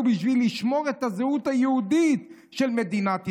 בשביל לשמור את הזהות היהודית של מדינת ישראל,